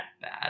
bad